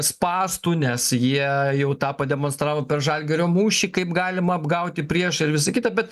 spąstų nes jie jau tą pademonstravo per žalgirio mūšį kaip galima apgauti priešą ir visa kita bet